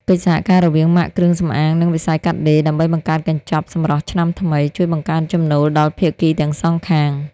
កិច្ចសហការរវាងម៉ាកគ្រឿងសម្អាង និងវិស័យកាត់ដេរ ដើម្បីបង្កើតកញ្ចប់ "សម្រស់ឆ្នាំថ្មី" ជួយបង្កើនចំណូលដល់ភាគីទាំងសងខាង។